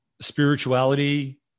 spirituality